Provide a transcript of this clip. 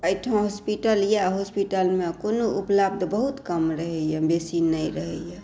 एहिठाम हॉस्पिटल यऽ हॉस्पिटलमे कोनो उपलब्ध बहुत कम रहैया बेसी नहि रहैया